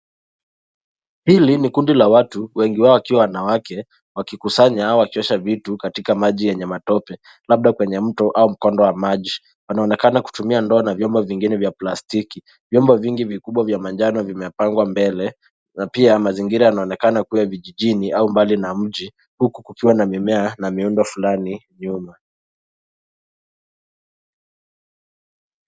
Hili ni kundi la watu, wengi wao wakiwa wanawake wakikusanya au wakiosha vitu katika maji yenye matope labda kwenye mto au mkondo wa maji. Wanaonekana kutumia ndoo na vyombo vya plastiki. Vyombo vingi vikubwa vya manjano vimepangwa mbele na pia mazingira yanaonekana kuwa ya vijijini au mbali na mji, huku kukiwa na mimea na miundo fulani nyuma.